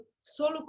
solo